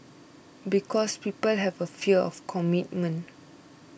because people have a fear of commitment